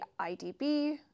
IDB